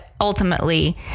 ultimately